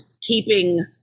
keeping